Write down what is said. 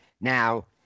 Now